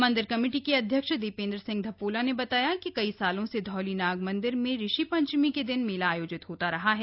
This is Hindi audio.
मंदिर कमेटी के अध्यक्ष दीपेंद्र सिंह धपोला ने बताया कि कई सालों से धौलीनाग मंदिर में ऋषि पंचमी के दिन मेला आयोजित होता रहा है